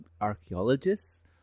archaeologists